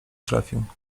trafił